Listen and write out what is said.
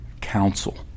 counsel